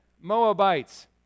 Moabites